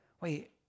wait